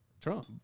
Trump